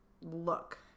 look